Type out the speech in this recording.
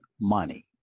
money